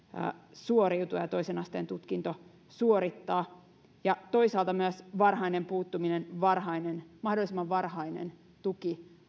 suoriutua ja toisen asteen tutkinto suorittaa toisaalta myös varhainen puuttuminen mahdollisimman varhainen tuki